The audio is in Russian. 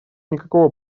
никакого